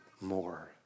more